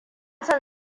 son